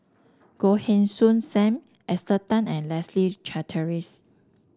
Goh Heng Soon Sam Esther Tan and Leslie Charteris